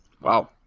Wow